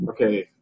okay